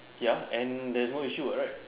ya and there's no issue what right